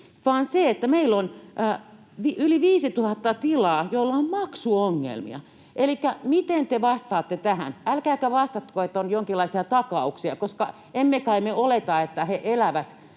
vaan siitä, että meillä on yli 5 000 tilaa, joilla on maksuongelmia. Elikkä miten te vastaatte tähän? Älkääkä vastatko, että on jonkinlaisia takauksia, koska emme kai me oleta, että he elävät